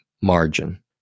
margin